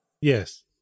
Yes